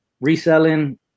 reselling